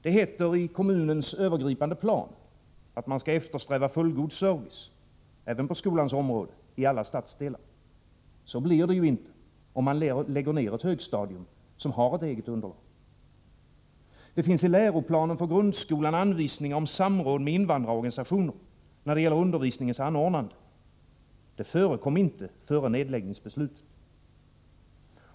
Det heter i kommunens övergripande plan att man skall eftersträva fullgod service — även på skolans område — i alla stadsdelar. Så blir det ju inte om man lägger ned ett högstadium som har ett eget underlag. Det finns i läroplanen för grundskolan anvisningar om samråd med invandrarorganisationer när det gäller undervisningens anordnande. Det förekom inte före nedläggningsbeslutet.